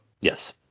Yes